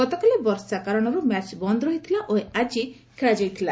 ଗତକାଲି ବର୍ଷା କାରଣରୁ ମ୍ୟାଚ୍ ବନ୍ଦ ରହିଥିଲା ଓ ଏହା ଆଜି ଖେଳାଯାଇଥିଲା